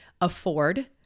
afford